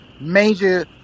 major